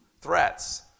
threats